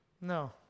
No